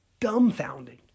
dumbfounding